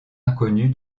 inconnu